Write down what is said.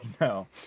No